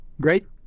Great